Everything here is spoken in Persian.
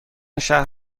شهر